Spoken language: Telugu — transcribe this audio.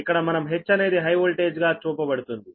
ఇక్కడ మనం H అనేది హై వోల్టేజ్ గా చూపబడుతుంది